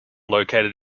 located